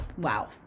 Wow